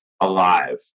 alive